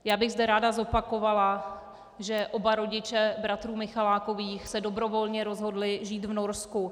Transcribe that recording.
Já bych zde ráda zopakovala, že oba rodiče bratrů Michalákových se dobrovolně rozhodli žít v Norsku.